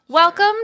Welcome